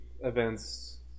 events